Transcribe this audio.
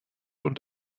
und